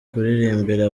kuririmbira